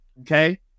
okay